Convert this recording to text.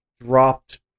dropped